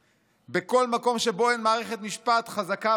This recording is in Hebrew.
בכל מקום שבו אין מערכת משפט חזקה ועצמאית,